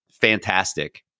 fantastic